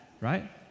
right